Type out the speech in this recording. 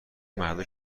مردا